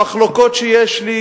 המחלוקות שיש לי